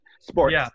Sports